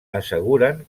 asseguren